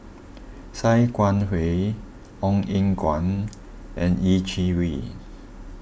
Sia Kah Hui Ong Eng Guan and Yeh Chi Wei